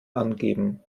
angeben